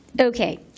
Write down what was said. Okay